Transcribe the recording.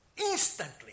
instantly